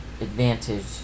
advantage